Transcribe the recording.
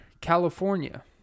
California